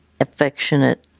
affectionate